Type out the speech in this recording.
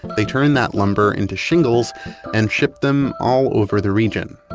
they turned that lumber into shingles and shipped them all over the region